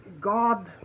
God